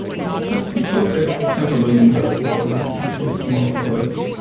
well, first, he taught at canterbury university college, which was a small college,